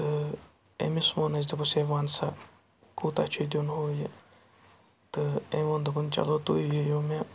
تہٕ أمِس ووٚن اَسہِ دوٚپُس ہے وَن سا کوٗتاہ چھُ دیُن ہُہ یہِ تہٕ أمۍ ووٚن دوٚپُن چلو تُہۍ دِیِو مےٚ